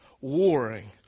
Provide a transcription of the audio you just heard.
warring